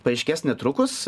paaiškės netrukus